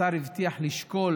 השר הבטיח לשקול